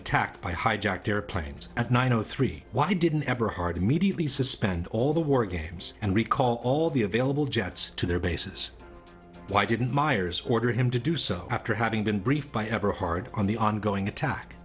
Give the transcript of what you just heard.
attacked by hijacked airplanes at nine o three why didn't eberhard immediately suspended all the war games and recall all the available jets to their bases why didn't myers order him to do so after having been briefed by ever hard on the ongoing attack